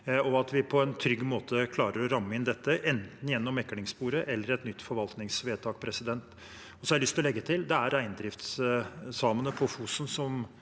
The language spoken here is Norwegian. og at vi på en trygg måte klarer å ramme inn dette, enten gjennom meklingssporet eller et nytt forvaltningsvedtak. Så har jeg lyst til å legge til at det er reindriftssamene på Fosen som